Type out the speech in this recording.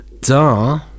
Duh